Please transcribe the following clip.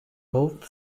both